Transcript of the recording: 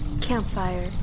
Campfire